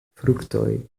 fruktoj